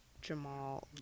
Jamal